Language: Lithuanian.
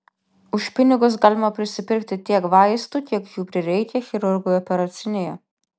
už pinigus galima prisipirkti tiek vaistų kiek jų prireikia chirurgui operacinėje